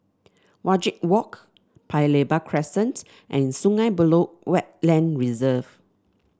Wajek Walk Paya Lebar Crescent and Sungei Buloh Wetland Reserve